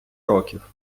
років